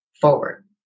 forward